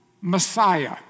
Messiah